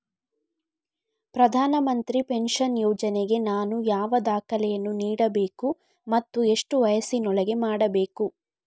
ಪ್ರಧಾನ ಮಂತ್ರಿ ಪೆನ್ಷನ್ ಯೋಜನೆಗೆ ನಾನು ಯಾವ ದಾಖಲೆಯನ್ನು ನೀಡಬೇಕು ಮತ್ತು ಎಷ್ಟು ವಯಸ್ಸಿನೊಳಗೆ ಮಾಡಬೇಕು?